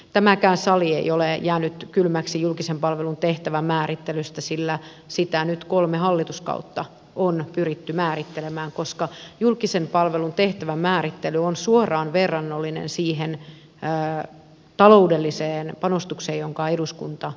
tämäkään sali ei ole jäänyt kylmäksi julkisen palvelun tehtävän määrittelystä sillä sitä on kolme hallituskautta pyritty määrittelemään koska julkisen palvelun tehtävän määrittely on suoraan verrannollinen siihen taloudelliseen panostukseen jonka eduskunta ylelle antaa